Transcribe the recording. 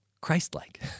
Christ-like